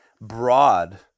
broad